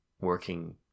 working